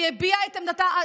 היא הביעה את עמדתה,